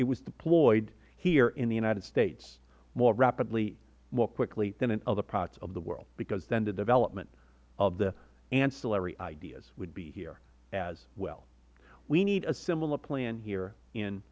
it was deployed here in the united states more rapidly more quickly than in other parts of the world because then the development of the ancillary ideas would be here as well we need a similar plan here in